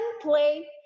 play